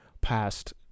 past